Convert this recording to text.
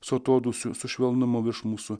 su atodūsiu su švelnumu virš mūsų